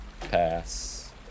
Pass